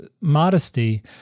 modesty